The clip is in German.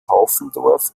haufendorf